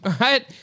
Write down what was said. right